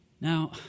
Now